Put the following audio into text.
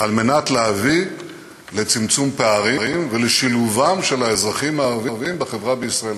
כדי להביא לצמצום פערים ולשילובם של האזרחים הערבים בחברה בישראל,